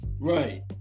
Right